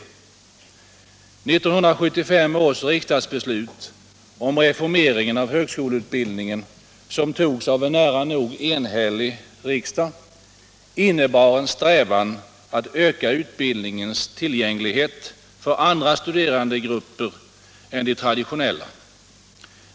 1975 års riksdagsbeslut om reformering av högskoleutbildningen, som togs av en nära nog enhällig riksdag, innebar en strävan att öka utbildningens tillgänglighet för andra studerandegrupper än de traditionella.